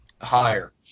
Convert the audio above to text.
higher